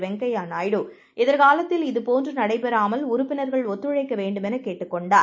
வெ ங்கய்யநாயுடு எதிர்காலத்தில்இதுபோன்றுநடைபெறாமல்உறுப்பினர்க ள்ஒத்துழைக்கவேண்டுமெனகேட்டுக்கொண்டார்